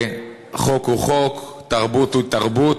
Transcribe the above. חוק הוא חוק, תרבות היא תרבות,